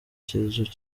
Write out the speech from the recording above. cyanjye